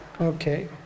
Okay